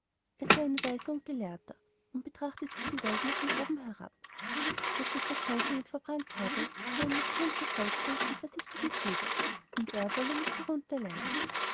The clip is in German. weiser und gelehrter und betrachte sich die welt nur von oben herab daß sich der zaunkönig verbrannt habe sei eine natürliche folge seines unvorsichtigen fluges und er wolle nicht darunter leiden